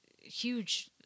huge